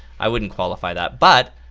i wouldn't qualify that, but